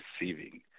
receiving